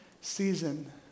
season